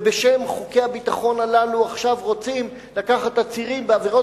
ובשם חוקי הביטחון הללו עכשיו רוצים לקחת עצירים בעבירות